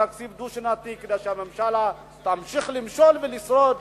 בתקציב דו-שנתי, כדי שהממשלה תמשיך למשול ולשרוד.